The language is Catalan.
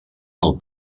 pel